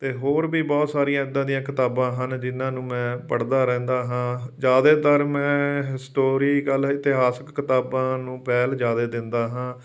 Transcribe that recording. ਅਤੇ ਹੋਰ ਵੀ ਬਹੁਤ ਸਾਰੀਆਂ ਇੱਦਾਂ ਦੀਆਂ ਕਿਤਾਬਾਂ ਹਨ ਜਿਨ੍ਹਾਂ ਨੂੰ ਮੈਂ ਪੜ੍ਹਦਾ ਰਹਿੰਦਾ ਹਾਂ ਜ਼ਿਆਦਾਤਰ ਮੈਂ ਹਿਸਟੋਰੀਕਲ ਇਤਿਹਾਸਿਕ ਕਿਤਾਬਾਂ ਨੂੰ ਪਹਿਲ ਜ਼ਿਆਦਾ ਦਿੰਦਾ ਹਾਂ